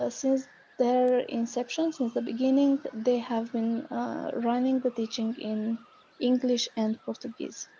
ah since their inception, since the beginning they have been running the teaching in english and portuguese.